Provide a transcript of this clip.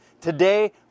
Today